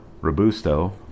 Robusto